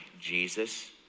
Jesus